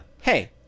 hey